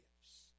gifts